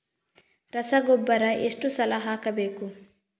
ರಸಗೊಬ್ಬರ ಎಷ್ಟು ಸಲ ಹಾಕಬೇಕು?